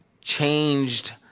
changed